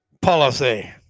policy